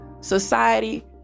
society